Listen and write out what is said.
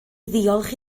ddiolch